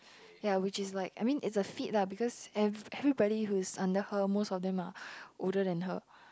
ya which is like I mean it's a feat lah because ev~ everybody who's under her most of them are older than her